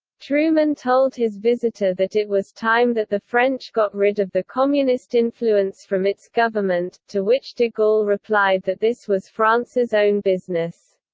truman told his visitor that it was time that the french got rid of the communist influence from its government, to which de gaulle replied that this was france's own business.